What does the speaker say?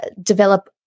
develop